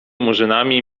murzynami